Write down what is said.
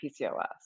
PCOS